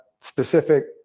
specific